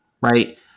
Right